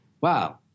wow